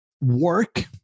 work